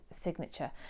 signature